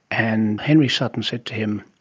and henry sutton said to him,